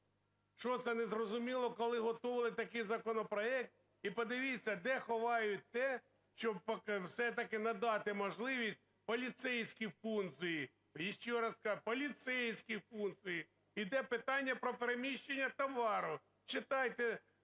Що, це не зрозуміли, коли готували такий законопроект? І подивіться, де ховають те, щоб все-таки надати можливість поліцейські функції. Ще раз кажу, поліцейські функції. І де питання про переміщення товарів? Читайте,